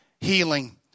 healing